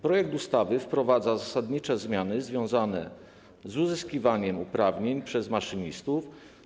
Projekt ustawy wprowadza zasadnicze zmiany związane z uzyskiwaniem uprawnień przez maszynistów.